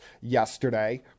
yesterday